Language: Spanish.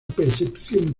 percepción